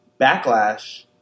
backlash